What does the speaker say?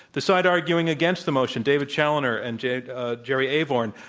the side arguing against the motion, david challoner and jerry ah jerry avorn.